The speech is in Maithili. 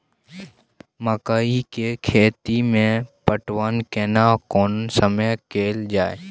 मकई के खेती मे पटवन केना कोन समय कैल जाय?